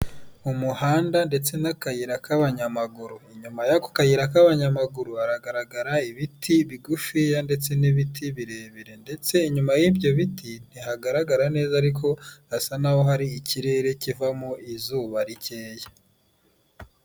Umuhanda ndetse n'akayira k'abanyamaguru. Inyuma y'ako kayira k'abanyamaguru, haragaragara ibiti bigufiya ndetse n'ibiti birebire, ndetse inyuma y'ibyo biti ntihagaragara neza ariko hasa naho hari ikirere kivamo izuba rikeya.